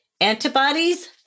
antibodies